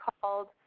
called